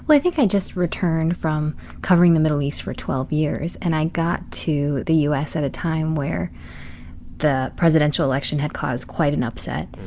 but i think i just returned from covering the middle east for twelve years, and i got to the u s. at a time where the presidential election had caused quite an upset.